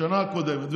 בשנה הקודמת,